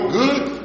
good